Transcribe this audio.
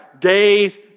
days